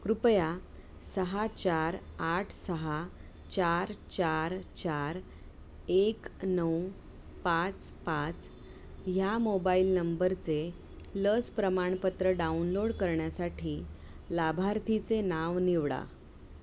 कृपया सहा चार आठ सहा चार चार चार एक नऊ पाच पाच ह्या मोबाईल नंबरचे लस प्रमाणपत्र डाउनलोड करण्यासाठी लाभार्थीचे नाव निवडा